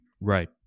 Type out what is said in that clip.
Right